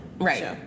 right